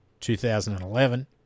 2011